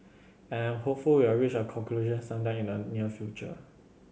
I'm hopeful we will reach a conclusion some time in the near future